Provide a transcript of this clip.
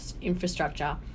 infrastructure